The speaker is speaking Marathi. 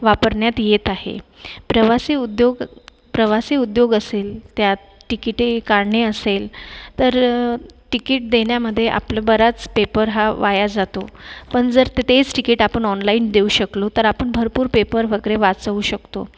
वापरण्यात येत आहे प्रवासी उद्योग प्रवासी उद्योग असेल त्यात तिकिटे काढणे असेल तर तिकीट देण्यामध्ये आपला बराच पेपर हा वाया जातो पण जर तेच तिकीट आपण ऑनलाईन देऊ शकलो तर आपण भरपूर पेपर वगैरे वाचवू शकतो